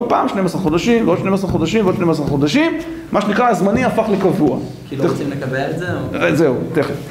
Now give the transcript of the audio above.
עוד פעם 12 חודשים, ועוד 12 חודשים, ועוד 12 חודשים, מה שנקרא הזמני הפך לקבוע. כי לא רוצים לקבע את זה או? זהו, תכף